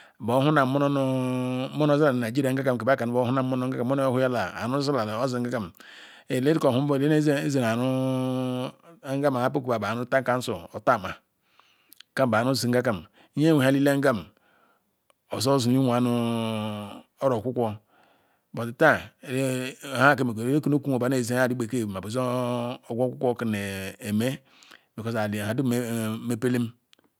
Beh-ohulam monoh nu monoh zilam ni nigeria nga kam monoh mah niyala ozi ngakam eleriko nhu nbom nzere aru ngakam nhaba sukuru-a bu otama kam bu aru sunga kam nyeweyalile ozor zuli nwoh-a nu oro-okuko but nhebadum mepelam